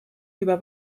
über